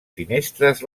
finestres